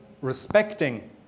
respecting